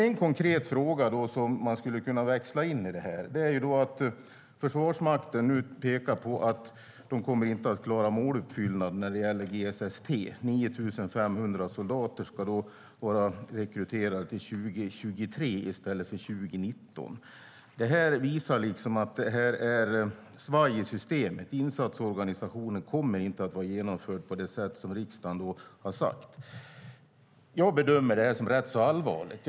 En konkret fråga som man så att säga skulle kunna växla in i detta är att Försvarsmakten nu pekar på att man inte kommer att klara måluppfyllelsen när det gäller GSS/T - 9 500 soldater ska vara rekryterade till 2023 i stället för till 2019. Detta visar att det är svajigt i systemet. Insatsorganisationen kommer inte att vara genomförd på det sätt som riksdagen har sagt. Jag bedömer detta som rätt så allvarligt.